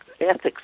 ethics